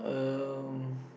um